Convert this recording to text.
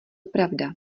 pravda